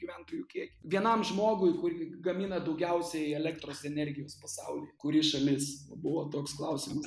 gyventojų kiek vienam žmogui kur gamina daugiausiai elektros energijos pasaulyje kuri šalis va buvo toks klausimas